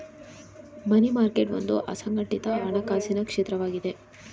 ಮನಿ market ಒಂದು ಅಸಂಘಟಿತ ಹಣಕಾಸಿನ ಕ್ಷೇತ್ರವಾಗಿದೆ